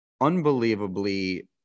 unbelievably